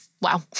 wow